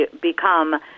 become